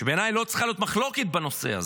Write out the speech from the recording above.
שבעיניי לא צריכה להיות מחלוקת בנושא הזה,